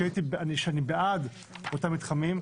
שאני בעד אותם מתחמים,